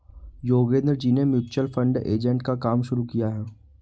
योगेंद्र जी ने mutual fund agent का काम शुरू किया है